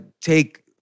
take